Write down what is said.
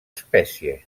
espècie